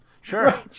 Sure